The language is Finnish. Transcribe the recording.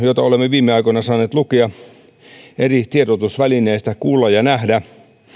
joita olemme viime aikoina saaneet lukea eri tiedotusvälineistä sekä kuulla ja nähdä